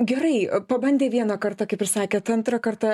gerai pabandė vieną kartą kaip ir sakėt antrą kartą